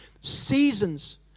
Seasons